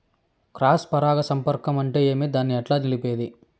Cross పరాగ సంపర్కం అంటే ఏమి? దాన్ని ఎట్లా నిలిపేది?